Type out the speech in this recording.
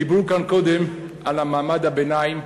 דיברו כאן קודם על מעמד הביניים,